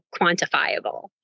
quantifiable